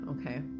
okay